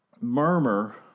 murmur